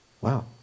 Wow